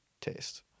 taste